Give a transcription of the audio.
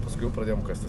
paskui jau pradėjom kastis